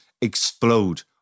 explode